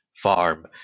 farm